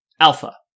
Alpha